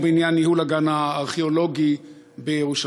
כמו בעניין ניהול הגן הארכיאולוגי בירושלים.